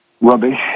rubbish